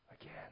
again